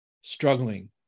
struggling